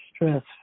Stress